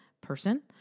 person